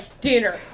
dinner